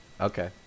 okay